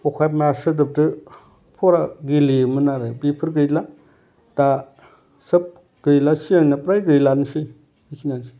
असमिया सोदोबजो फरा गेलेयोमोन आरो बेफोर गैला दा सोब गैला सिगांनिया फ्राय गैलानोसै बिखिनियानोसै